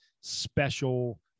special